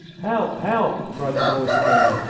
help! help! cried the voice again,